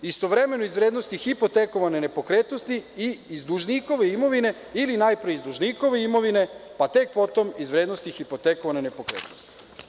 Istovremeno iz vrednosti hipotekovane nepokretnosti i iz dužnikove imovine ili najpre iz dužnikove imovine, pa tek potom iz vernosti nepokretnosti.